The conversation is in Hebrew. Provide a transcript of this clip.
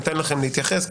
ניתן לכם להתייחס.